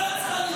חקירה.